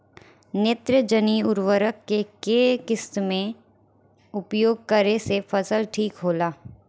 नेत्रजनीय उर्वरक के केय किस्त मे उपयोग करे से फसल ठीक होला?